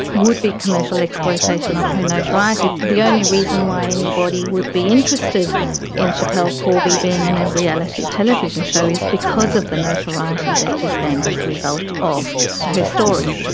would be commercial exploitation of her notoriety. the only reason why anybody would be interested in schapelle corby being in a reality television show is because of the notoriety that she has gained as a result of her story.